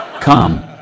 Come